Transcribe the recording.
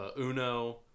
Uno